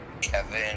Kevin